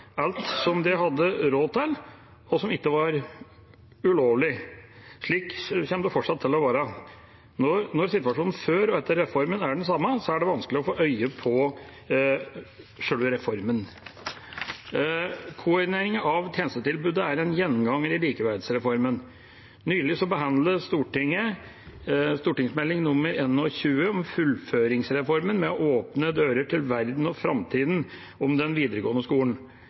alt som de hadde råd til, og som ikke var ulovlig. Slik kommer det fortsatt til å være. Når situasjonen før og etter reformen er den samme, er det vanskelig å få øye på selve reformen. Koordineringen av tjenestetilbudet er en gjenganger i likeverdsreformen. Nylig behandlet Stortinget Meld. St. 21 for 2020–2021, Fullføringsreformen – med åpne dører til verden og framtiden, om den videregående skolen.